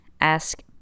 Ask